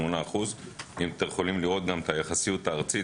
88%. אתם יכולים לראות ביחס לכמות הארצית